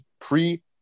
pre